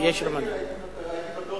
אם לא היה